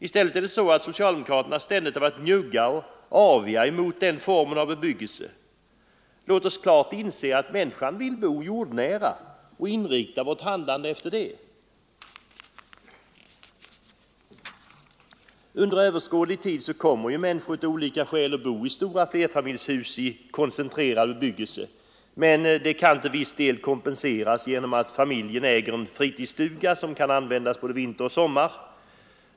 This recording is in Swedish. I stället har socialdemokraterna ständigt varit njugga och aviga mot den formen av bebyggelse. Låt oss klart inse att människan vill bo jordnära och låt oss inrikta vårt handlande efter det! Under överskådlig tid kommer människor av olika skäl att bo i stora flerfamiljshus i en koncentrerad bebyggelse, men detta kan till viss del kompenseras genom att familjen äger en fritidsstuga som kan användas både vinter och sommar.